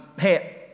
hey